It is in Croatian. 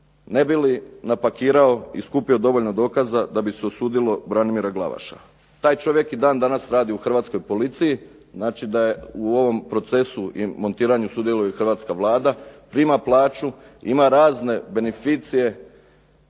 ne bi li napakirao i skupio dovoljno dokaza da bi se osudilo Branimira Glavaša. Taj čovjek i dan danas radi u hrvatskoj policiji, znači da je u ovom procesu i montiranju sudjeluje i hrvatska Vlada, prima plaću, ima razne beneficije